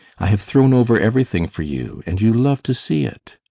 i have thrown over everything for you, and you love to see it.